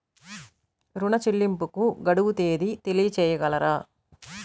ఋణ చెల్లింపుకు గడువు తేదీ తెలియచేయగలరా?